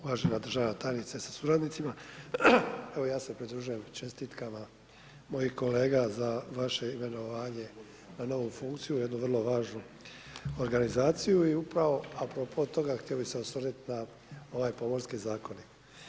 Uvažena državna tajnice sa suradnicima, evo ja se pridružujem čestitkama mojih kolega za vaše imenovanje na novu funkciju, jednu vrlo važnu organizaciju i upravo a propos toga htio bih se osvrnuti na ovaj Pomorski zakonik.